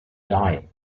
dying